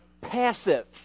passive